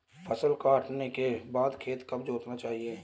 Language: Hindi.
फसल काटने के बाद खेत कब जोतना चाहिये?